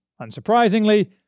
unsurprisingly